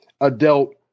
adult